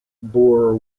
boer